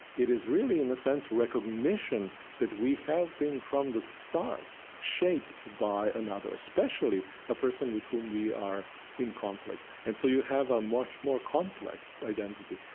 it is really in a sense recognition that we have been from the start shaped by another, especially a person with whom we are in conflict. and so you have a much more complex identity.